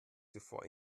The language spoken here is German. zuvor